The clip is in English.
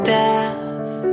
death